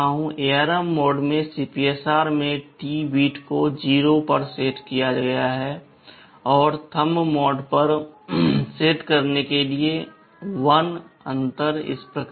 ARM mode में CPSR में T bit को 0 पर सेट किया गया है और Thumb मोड पर सेट करने के लिए 1 अंतर इस प्रकार हैं